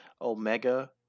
Omega